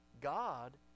God